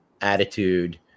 attitude